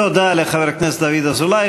תודה לחבר הכנסת דוד אזולאי.